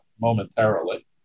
momentarily